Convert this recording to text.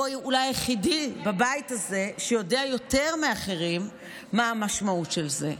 הוא אולי היחידי בבית הזה שיודע יותר מאחרים מה המשמעות של זה.